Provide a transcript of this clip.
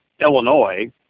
Illinois